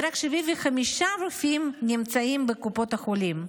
ורק 75 רופאים נמצאים בקופות החולים.